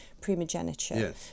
Primogeniture